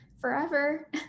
forever